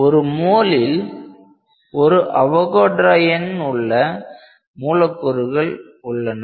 ஒரு மோலில் ஒரு அவகேட்ரா எண் உள்ள மூலக்கூறுகள் உள்ளன